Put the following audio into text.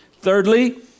Thirdly